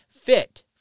fit